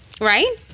right